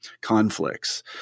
conflicts